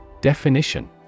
Definition